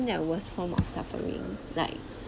worst form of suffering like